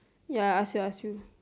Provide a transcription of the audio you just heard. ya I ask you ask you